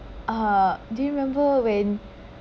uh do you remember when